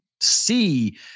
see